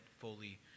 fully